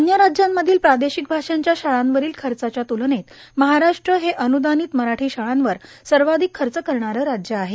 अन्य राज्यांतील प्रादेशिक भाषांच्या शाळांवरील खर्चाच्या तुलनेत महाराष्ट्र हे अन्दानित मराठी शाळांवर सर्वाधिक खर्च करणारे राज्य आहे